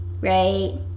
right